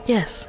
Yes